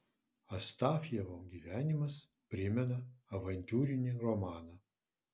astafjevo gyvenimas primena avantiūrinį romaną